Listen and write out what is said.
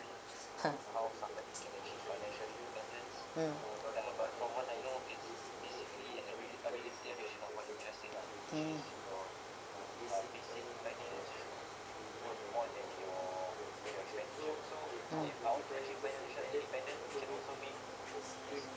mm mm mm